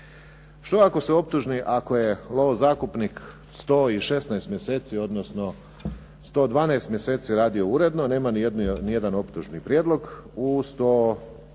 Što ako se optužni, ako je lovozakupnik 116 mjeseci, odnosno 112 mjeseci radio uredno, nema ni jedan optužni prijedlog, uz